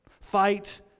fight